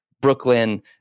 Brooklyn